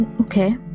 okay